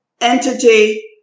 entity